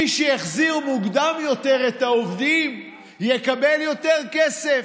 מי שהחזיר מוקדם יותר את העובדים יקבל יותר כסף.